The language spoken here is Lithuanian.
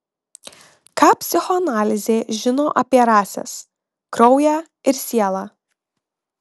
ką psichoanalizė žino apie rases kraują ir sielą